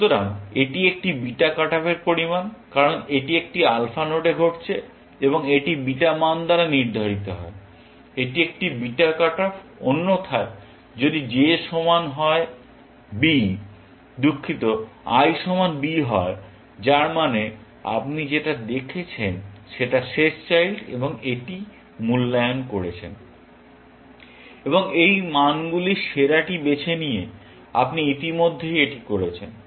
সুতরাং এটি একটি বিটা কাট অফের পরিমাণ কারণ এটি একটি আলফা নোডে ঘটছে এটি বিটা মান দ্বারা নির্ধারিত হয় এটি একটি বিটা কাট অফ অন্যথায় যদি j সমান হয় b দুঃখিত i সমান b হয় যার মানে আপনি যেটা দেখেছেন সেটা শেষ চাইল্ড এবং এটি মূল্যায়ন করেছেন এবং এই মানগুলির সেরাটি বেছে নিয়ে আপনি ইতিমধ্যেই এটি করেছেন